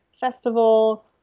festival